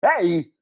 Hey